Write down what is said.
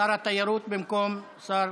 שר התיירות במקום שר